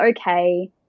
okay